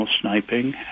sniping